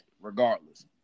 regardless